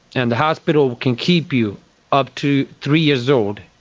and the hospital can keep you up to three years old.